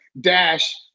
dash